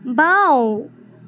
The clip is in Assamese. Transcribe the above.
বাওঁ